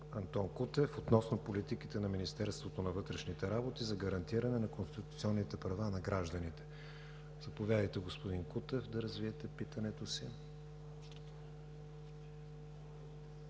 Антон Кутев относно политиките на Министерството на вътрешните работи за гарантиране на конституционните права на гражданите. Заповядайте, господин Кутев, да развиете питането си.